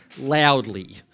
loudly